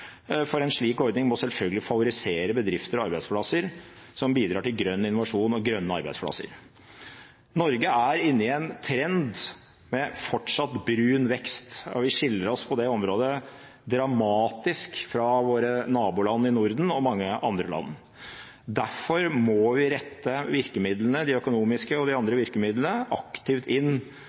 for en slik ordning må selvfølgelig favorisere bedrifter og arbeidsplasser som bidrar til grønn innovasjon og grønne arbeidsplasser. Norge er inne i en trend med fortsatt brun vekst. På det området skiller vi oss dramatisk fra våre naboland i Norden og mange andre land. Derfor må vi rette de økonomiske virkemidlene og de andre virkemidlene aktivt inn